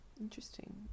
Interesting